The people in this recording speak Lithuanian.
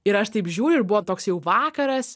ir aš taip žiūriu ir buvo toks jau vakaras